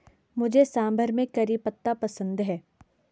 मुझे सांभर में करी पत्ता पसंद है